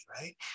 right